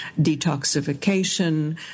detoxification